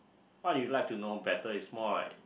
what you would like to know better is more like